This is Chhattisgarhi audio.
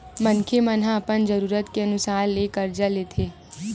मनखे मन ह अपन जरूरत के अनुसार ले करजा लेथे